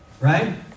Right